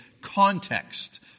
context